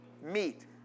Meat